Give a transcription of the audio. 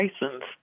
license